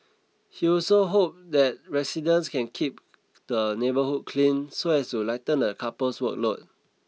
he also hope that residents can keep the neighbourhood clean so as to lighten the couple's workload